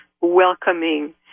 welcoming